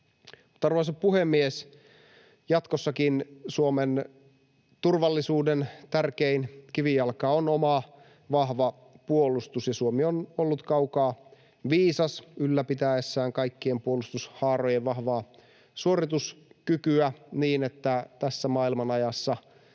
Arvoisa puhemies! Jatkossakin Suomen turvallisuuden tärkein kivijalka on oma vahva puolustus, ja Suomi on ollut kaukaa viisas ylläpitäessään kaikkien puolustushaarojen vahvaa suorituskykyä niin, että tässä maailmanajassa